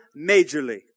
majorly